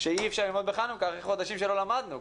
אי אפשר ללמוד בחנוכה אחרי חודשים שלא למדנו.